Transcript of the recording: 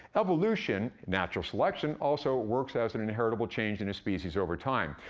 evolution, natural selection, also works as an inheritable change in a species over time.